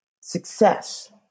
success